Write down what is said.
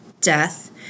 death